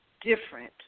different